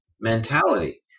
mentality